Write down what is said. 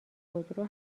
خودرو